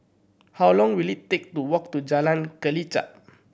how long will it take to walk to Jalan Kelichap